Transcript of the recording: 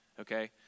Okay